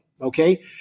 Okay